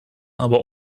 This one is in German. aber